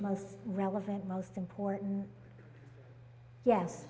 most relevant most important yes